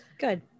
Good